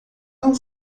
não